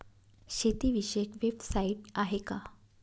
शेतीविषयक वेबसाइट आहे का?